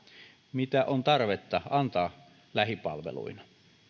mitä on tarvetta antaa lähipalveluina